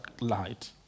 light